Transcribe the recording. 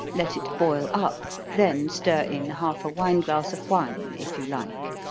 let it boil up, then stir in half a wine glass of wine if you like.